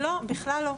לא, בכלל לא.